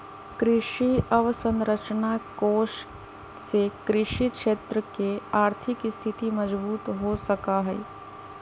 कृषि अवसरंचना कोष से कृषि क्षेत्र के आर्थिक स्थिति मजबूत हो सका हई